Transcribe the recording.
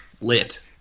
Lit